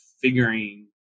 figuring